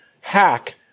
hack